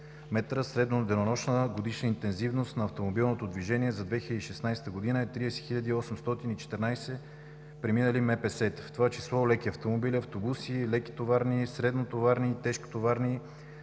средно денонощната годишна интензивност на автомобилното движение за 2016 г. е 30 814 преминали МПС-та, в това число леки автомобили, автобуси, лекотоварни, среднотоварни и тежкотоварни,